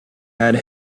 had